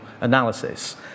analysis